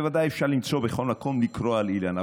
בוודאי אפשר למצוא בכל מקום לקרוא על אילן,